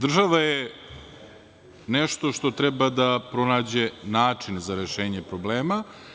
Država je nešto što treba da pronađe način za rešenje problema.